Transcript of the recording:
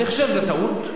אני חושב שזו טעות.